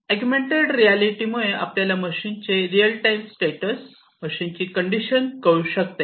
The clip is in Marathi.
अगुमेंन्टेड रिअलिटी मुळे आपल्याला मशीनचे रिअल टाईम स्टेटस मशीनची कंडिशन कळू शकते